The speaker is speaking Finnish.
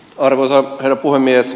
arvoisa herra puhemies